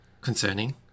concerning